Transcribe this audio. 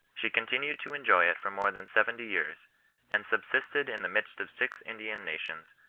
she continued to enjoy it for more than seventy years and subsisted in the midst of six indian nations,